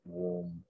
warm